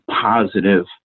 positive